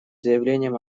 заявлением